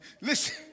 Listen